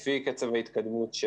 לפי קצב ההתקדמות.